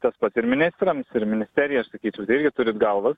tas pat ir ministrams ir ministerijai aš sakyčiau jūs turit galvas